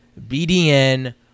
BDN